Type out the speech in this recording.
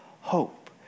hope